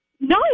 No